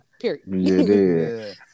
period